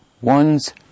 One's